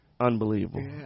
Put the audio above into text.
unbelievable